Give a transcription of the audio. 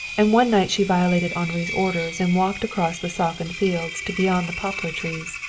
and one night she violated henri's orders and walked across the softened fields to beyond the poplar trees.